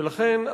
ולכן,